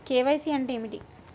KYC అంటే ఏమిటి?